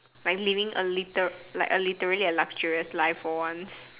like living a liter~ like a literally luxurious life for once